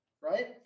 right